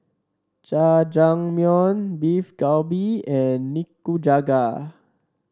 Jajangmyeon Beef Galbi and Nikujaga